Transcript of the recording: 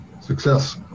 Success